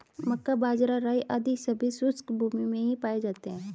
मक्का, बाजरा, राई आदि सभी शुष्क भूमी में ही पाए जाते हैं